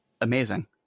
amazing